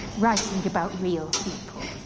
writing about real people,